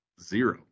zero